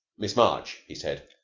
miss march, he said,